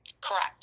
Correct